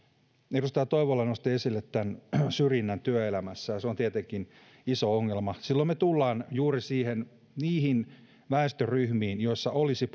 edustaja toivola nosti esille syrjinnän työelämässä ja se on tietenkin iso ongelma silloin tullaan juuri niihin väestöryhmiin joissa olisi